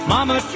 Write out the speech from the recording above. Mama